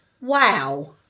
wow